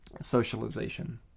socialization